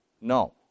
No